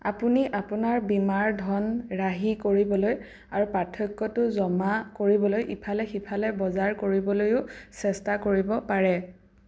আপুনি আপোনাৰ বীমাৰ ধন ৰাহি কৰিবলৈ আৰু পাৰ্থক্যটো জমা কৰিবলৈ ইফালে সিফালে বজাৰ কৰিবলৈও চেষ্টা কৰিব পাৰে